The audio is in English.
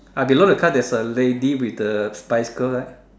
ah below the car there's a lady with the bicycle right